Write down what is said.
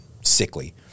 sickly